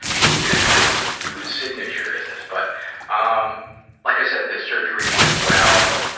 who is this? whose signature is this? but um like i said, the surgery went well.